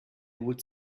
would